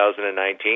2019